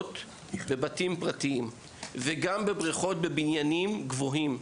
בבתים פרטיים וגם בבריכות בבניינים גבוהים.